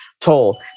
toll